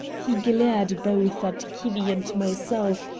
he glared both at kinney and myself,